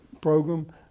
program